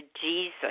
Jesus